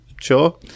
sure